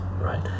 right